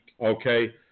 okay